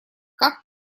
как